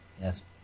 Yes